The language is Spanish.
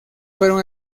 fueron